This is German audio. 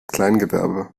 kleingewerbe